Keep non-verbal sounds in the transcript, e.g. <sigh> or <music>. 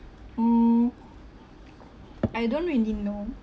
mm <noise> I don't really know